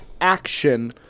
action